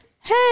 Hey